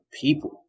people